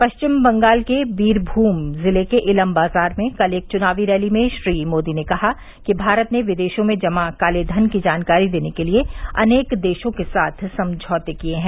पश्चिम बंगाल के बीरमूम जिले के इलम बाजार में कल चुनावी रैली में श्री मोदी ने कहा कि भारत ने विदेशों में जमा कालेधन की जानकारी देने के लिए अनेक देशों के साथ समझौते किए हैं